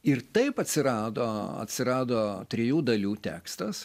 ir taip atsirado atsirado trijų dalių tekstas